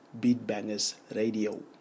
BeatBangersRadio